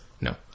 No